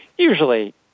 Usually